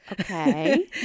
Okay